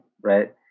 right